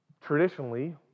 traditionally